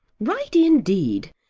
right indeed!